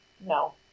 No